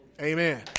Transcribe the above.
Amen